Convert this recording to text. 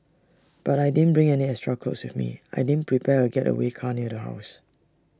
but I didn't bring any extra clothes with me I didn't prepare A getaway car near the house